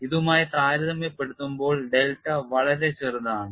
ഇതുമായി താരതമ്യപ്പെടുത്തുമ്പോൾ ഡെൽറ്റ വളരെ ചെറുതാണ്